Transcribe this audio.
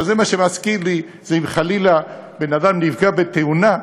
עכשיו, זה מזכיר לי שאם חלילה בן-אדם נפגע בתאונה,